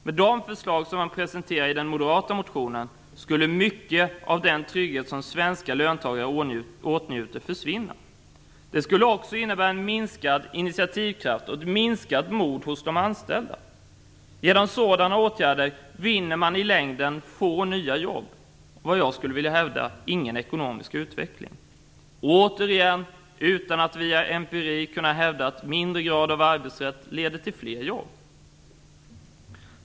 Med de förslag som presenteras i den moderata motionen skulle mycket av den trygghet som svenska löntagare åtnjuter försvinna. Det skulle också innebära en minskad initiativkraft och ett minskat mod hos de anställda. Genom sådana åtgärder vinner man i längden få nya jobb och ingen ekonomisk utveckling, vill jag hävda. Återigen har man förslag utan att via empiri kunna hävda att mindre grad av arbetsrätt leder till fler jobb.